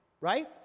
Right